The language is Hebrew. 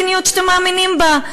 אז תיישמו את המדיניות שאתם מאמינים בה.